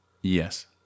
Yes